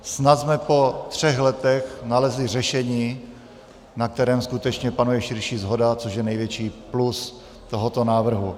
Snad jsme po třech letech nalezli řešení, na kterém skutečně panuje širší shoda, což je největší plus tohoto návrhu.